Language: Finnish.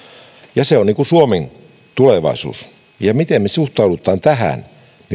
ja se on suomen tulevaisuus se miten me suhtaudumme tähän